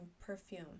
perfume